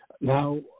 Now